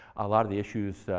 a lot of the issues,